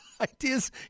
ideas